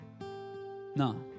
No